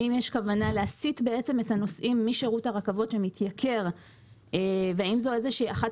האם יש כוונה להסיט את הנוסעים משירות הרכבות שמתייקר והאם זו אחת